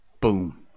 Boom